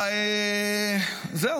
זהו,